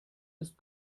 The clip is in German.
ist